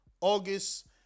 August